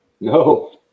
no